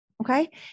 Okay